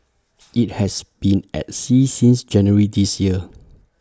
IT has been at sea since January this year